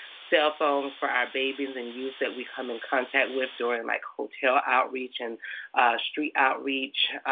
cell phones, for our babies and youth that we come in contact with, during like hotel outreach, and street outreach,